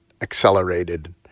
accelerated